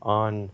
on